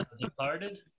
Departed